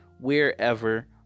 wherever